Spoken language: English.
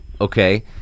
okay